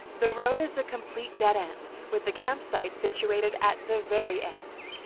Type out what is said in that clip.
the road is a complete deadend, with the campsite situated at the very end.